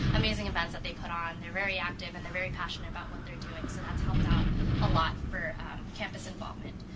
amazing events that they put on. they're very active and they're very passionate about what they're doing so that's helped out a lot for campus involvement.